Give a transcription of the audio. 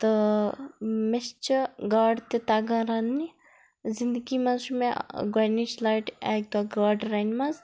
تہٕ مےٚ چھِ گاڈ تہِ تَگان رَننہِ زِندٕگی منٛز چھُ مےٚ گۄڈنِچ لَٹہِ اکہِ دۄہ گاڈٕ رَنہِ مَژٕ